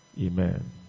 Amen